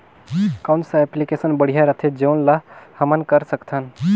कौन सा एप्लिकेशन बढ़िया रथे जोन ल हमन कर सकथन?